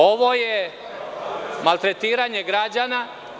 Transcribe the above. Ovo je maltretiranje građana.